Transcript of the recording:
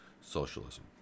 socialism